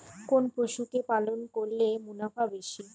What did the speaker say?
কোন পশু কে পালন করলে মুনাফা বেশি?